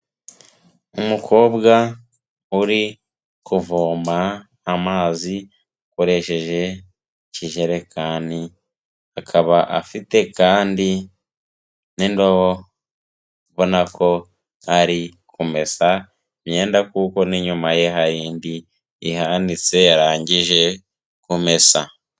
Umukobwa uri kuvoma amazi akoresheje ikijerekani, akaba afite kandi n'indobo, ubona ko ari kumesa imyenda kuko n'inyuma ye hari indi ihanitse yarangije kumesa.